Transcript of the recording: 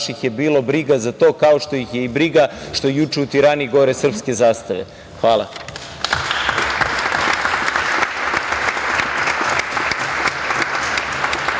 Hvala.